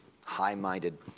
high-minded